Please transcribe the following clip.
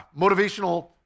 motivational